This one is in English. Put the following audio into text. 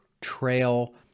trail